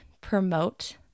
promote